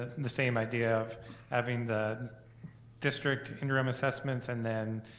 the same idea of having the district interim assessments and then,